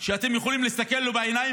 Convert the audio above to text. שאתם יכולים להסתכל לו בעיניים,